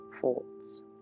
thoughts